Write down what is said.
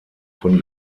von